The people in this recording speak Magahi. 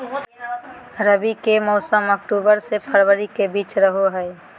रबी के मौसम अक्टूबर से फरवरी के बीच रहो हइ